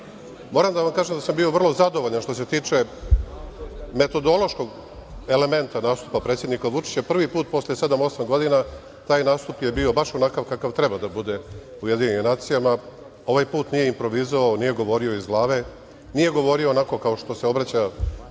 Moram da vam kažem da sam bio vrlo zadovoljan što se tiče metodološkog elementa nastupa predsednika Vučića. Prvi put posle sedam-osam godina taj nastup je bio baš onakav kakav treba da bude u UN. Ovaj put nije improvizovao, nije govorio iz glave, nije govorio onako kao što se obraća